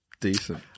Decent